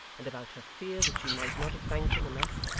and about her fear that she might not have thanked him enough,